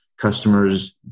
customers